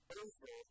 over